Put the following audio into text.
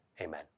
amen